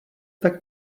tak